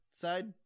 side